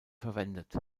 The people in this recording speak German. verwendet